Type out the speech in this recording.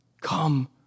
Come